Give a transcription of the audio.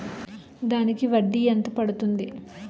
దానికి వడ్డీ ఎంత పడుతుంది?